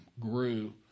grew